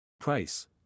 Price